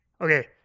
Okay